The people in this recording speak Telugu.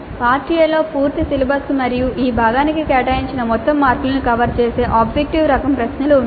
పార్ట్ A లో పూర్తి సిలబస్ను మరియు ఈ భాగానికి కేటాయించిన మొత్తం మార్కులను కవర్ చేసే ఆబ్జెక్టివ్ రకం ప్రశ్నలు ఉన్నాయి